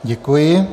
Děkuji.